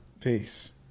Peace